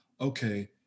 okay